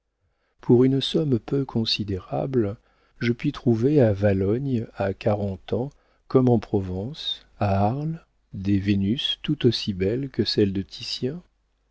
pour une somme peu considérable je puis trouver à valognes à carentan comme en provence à arles des vénus tout aussi belles que celles de